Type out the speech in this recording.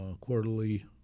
quarterly